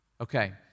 Okay